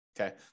Okay